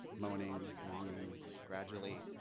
moaning longing gradually,